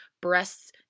breasts